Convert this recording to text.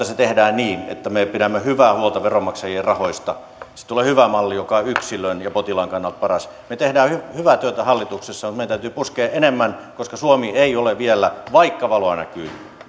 se tehdään niin että me pidämme hyvää huolta veronmaksajien rahoista siitä tulee hyvä malli joka on yksilön ja potilaan kannalta paras me teemme hyvää työtä hallituksessa mutta meidän täytyy puskea enemmän koska suomi ei ole vielä vaikka valoa näkyy